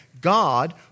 God